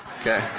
Okay